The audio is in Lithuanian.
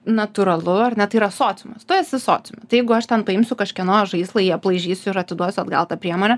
natūralu ar ne tai yra sociumas tu esi sociume tai jeigu aš ten paimsiu kažkieno žaislą jį aplaižysiu ir atiduosiu atgal tą priemonę